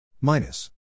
minus